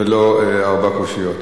ולא ארבע קושיות.